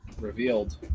Revealed